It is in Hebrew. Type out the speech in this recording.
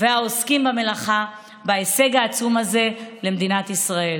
והעוסקים במלאכה על ההישג העצום הזה למדינת ישראל.